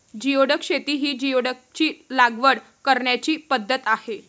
geoduck शेती ही जिओडॅकची लागवड करण्याची पद्धत आहे